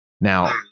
Now